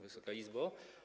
Wysoka Izbo!